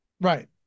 Right